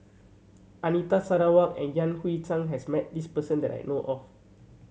Anita Sarawak and Yan Hui Chang has met this person that I know of